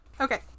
Okay